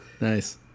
Nice